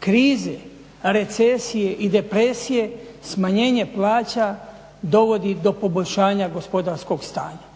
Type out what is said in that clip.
krize, recesije i depresije smanjenje plaća dovodi do poboljšanja gospodarskog stanja.